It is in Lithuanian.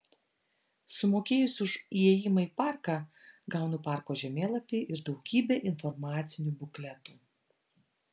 sumokėjusi už įėjimą į parką gaunu parko žemėlapį ir daugybę informacinių bukletų